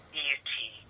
beauty